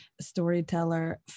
storyteller